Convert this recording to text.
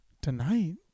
Tonight